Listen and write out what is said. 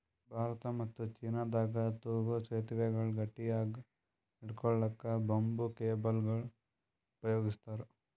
ಭಾರತ ಮತ್ತ್ ಚೀನಾದಾಗ್ ತೂಗೂ ಸೆತುವೆಗಳ್ ಗಟ್ಟಿಯಾಗ್ ಹಿಡ್ಕೊಳಕ್ಕ್ ಬಂಬೂ ಕೇಬಲ್ಗೊಳ್ ಉಪಯೋಗಸ್ತಾರ್